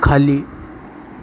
खाली